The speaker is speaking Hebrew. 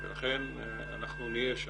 לכן, אנחנו נהיה שם.